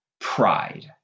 pride